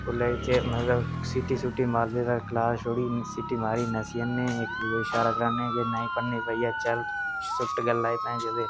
असेंगी समझ नेई हा असेंगी पढ़ना ऐ पता नेईं हा जे स्कूलै दा नस्सना नेईं चाहिदा